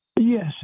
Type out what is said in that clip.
Yes